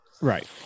right